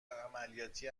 عملیاتی